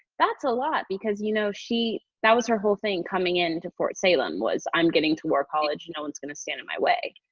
that's a lot because you know she that was her whole thing. coming into fort salem was, i'm getting to war college. no one's going to stand in my way.